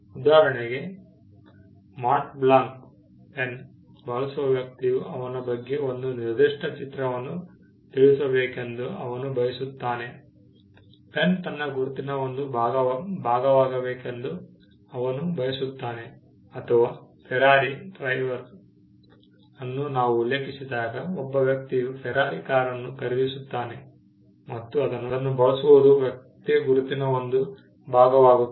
ಉದಾಹರಣೆಗೆ Mont Blanc pen ಬಳಸುವ ವ್ಯಕ್ತಿಯು ಅವನ ಬಗ್ಗೆ ಒಂದು ನಿರ್ದಿಷ್ಟ ಚಿತ್ರವನ್ನು ತಿಳಿಸಬೇಕೆಂದು ಅವನು ಬಯಸುತ್ತಾನೆ ಪೆನ್ ತನ್ನ ಗುರುತಿನ ಒಂದು ಭಾಗವಾಗಬೇಕೆಂದು ಅವನು ಬಯಸುತ್ತಾನೆ ಅಥವಾ ಫೆರಾರಿ ಡ್ರೈವರ್ ಅನ್ನು ನಾವು ಉಲ್ಲೇಖಿಸಿದಾಗ ಒಬ್ಬ ವ್ಯಕ್ತಿಯು ಫೆರಾರಿ ಕಾರನ್ನು ಖರೀದಿಸುತ್ತಾನೆ ಮತ್ತು ಅದನ್ನು ಬಳಸುವುದು ವ್ಯಕ್ತಿಯ ಗುರುತಿನ ಒಂದು ಭಾಗವಾಗುತ್ತದೆ